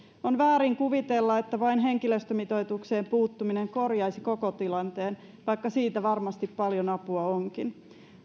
on väärin kuvitella että vain henkilöstömitoitukseen puuttuminen korjaisi koko tilanteen vaikka siitä varmasti paljon apua onkin